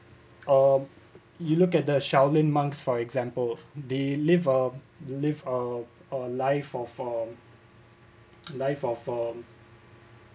ah you look at the shaolin monks for example the live uh live uh uh life for for life life of form